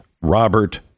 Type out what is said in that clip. Robert